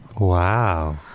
Wow